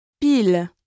Pile